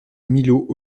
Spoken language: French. milhaud